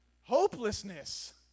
Hopelessness